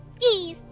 Yes